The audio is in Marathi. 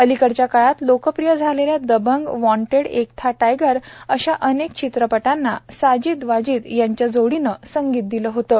अलीकडच्या काळात लोकप्रिय झालेल्या दबंग वाँटेड एक था टायगर अशा अनेक चित्रपटांना साजिद वाजिद यांच्या जोडीने संगीत दिलं होतं